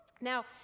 Now